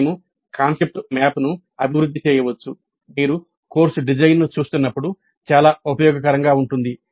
మేము కాన్సెప్ట్ మ్యాప్ను అభివృద్ధి చేయవచ్చు మీరు కోర్సు డిజైన్ను చూస్తున్నప్పుడు చాలా ఉపయోగకరంగా ఉంటుంది